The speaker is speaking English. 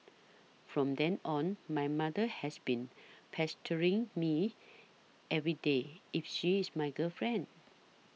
from then on my mother has been pestering me everyday if she is my girlfriend